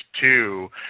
two